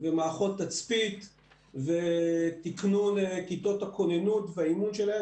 מערכות תצפית ותיקנון כיתות הכוננות והאימון שלהן.